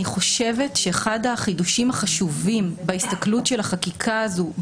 אני חושבת שאחד החידושים החשובים בהסתכלות של החקיקה הזו,